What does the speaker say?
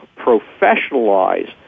professionalize